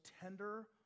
tender